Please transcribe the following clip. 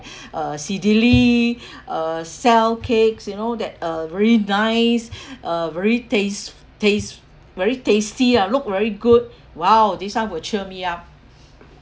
uh Cedele uh sell cakes you know that uh very nice uh very taste taste very tasty ah look very good !wow! this [one] will cheer me up